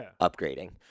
upgrading